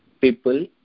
people